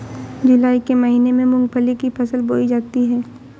जूलाई के महीने में मूंगफली की फसल बोई जाती है